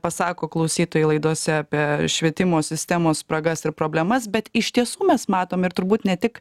pasako klausytojai laidose apie švietimo sistemos spragas ir problemas bet iš tiesų mes matom ir turbūt ne tik